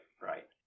right